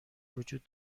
وجود